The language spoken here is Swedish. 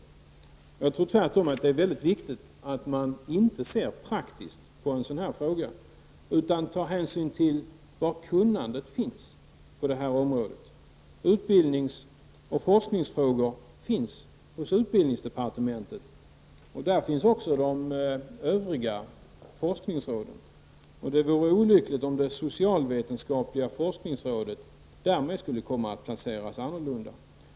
Jag tror tvärtom att det är mycket viktigt att man inte ser praktiskt på en fråga av detta slag utan tar hänsyn till var kunnandet på det här området finns. Utbildningsoch forskningsfrågor hör till utbildningsdepartementet, och dit hör också de övriga forskningsråden. Det vore olyckligt om det socialvetenskapliga forskningsrådet skulle komma att placeras annorlunda.